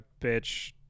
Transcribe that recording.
bitch